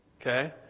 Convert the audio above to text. Okay